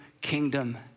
kingdom